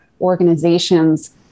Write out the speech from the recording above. organizations